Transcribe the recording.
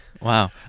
Wow